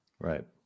Right